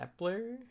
Epler